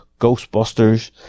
Ghostbusters